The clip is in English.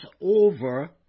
over